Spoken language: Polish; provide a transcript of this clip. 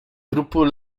trupy